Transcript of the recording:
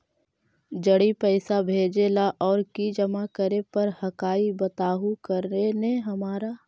जड़ी पैसा भेजे ला और की जमा करे पर हक्काई बताहु करने हमारा?